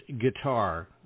guitar